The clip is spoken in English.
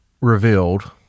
revealed